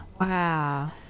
Wow